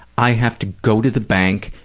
i have to go to the bank,